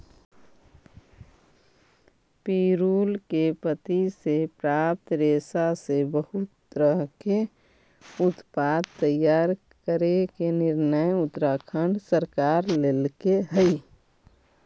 पिरुल के पत्ति से प्राप्त रेशा से बहुत तरह के उत्पाद तैयार करे के निर्णय उत्तराखण्ड सरकार लेल्के हई